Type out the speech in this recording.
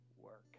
work